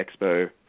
Expo